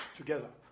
together